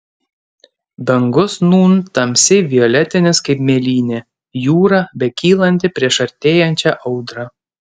dangus nūn tamsiai violetinis kaip mėlynė jūra bekylanti prieš artėjančią audrą